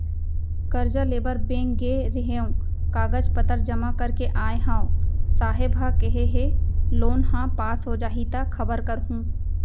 करजा लेबर बेंक गे रेहेंव, कागज पतर जमा कर के आय हँव, साहेब ह केहे हे लोन ह पास हो जाही त खबर करहूँ